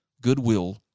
goodwill